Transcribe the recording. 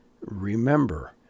remember